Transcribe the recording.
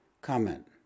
Comment